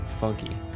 funky